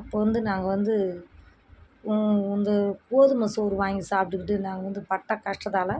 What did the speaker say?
அப்போது வந்து நாங்கள் வந்து இந்த கோதுமை சோறு வாங்கி சாப்பிட்டுக்கிட்டு நாங்கள் வந்து பட்ட கஷ்டத்தால